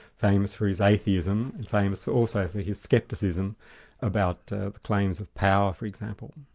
famous for his atheism, and famous also for his scepticism about claims of power, for example.